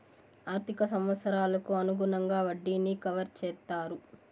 ఆర్థిక సంవత్సరాలకు అనుగుణంగా వడ్డీని కవర్ చేత్తారు